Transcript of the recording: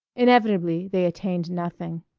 inevitably they attained nothing.